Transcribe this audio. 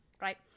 right